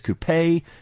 Coupe